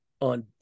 on